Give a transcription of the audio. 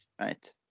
Right